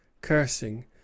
cursing